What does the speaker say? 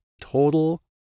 total